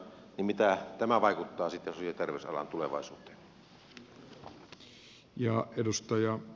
miten tämä vaikuttaa sosiaali ja terveysalan tulevaisuuteen